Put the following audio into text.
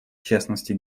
частности